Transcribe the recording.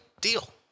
deal